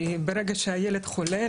כי ברגע שהילד חולה,